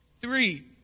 Three